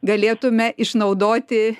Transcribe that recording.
galėtume išnaudoti